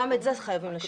גם את זה חייבים לשנות.